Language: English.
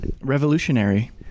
Revolutionary